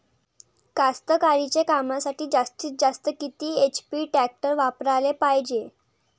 कास्तकारीच्या कामासाठी जास्तीत जास्त किती एच.पी टॅक्टर वापराले पायजे?